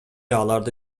аларды